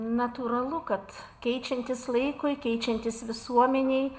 natūralu kad keičiantis laikui keičiantis visuomenei